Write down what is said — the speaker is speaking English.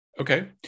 Okay